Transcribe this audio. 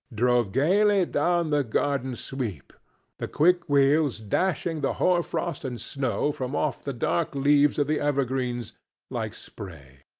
drove gaily down the garden-sweep the quick wheels dashing the hoar-frost and snow from off the dark leaves of the evergreens like spray.